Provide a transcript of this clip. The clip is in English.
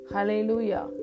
Hallelujah